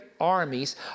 armies